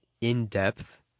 in-depth